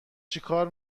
چیکار